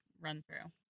run-through